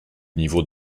niveau